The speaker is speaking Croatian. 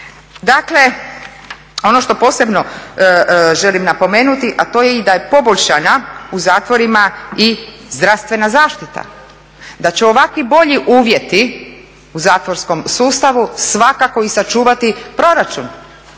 Dakle, ono što posebno želim napomenuti, a to je i da je poboljšana u zatvorima i zdravstvena zaštita, da će ovakvi bolji uvjeti u zatvorskom sustavu svakako i sačuvati proračun